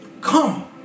come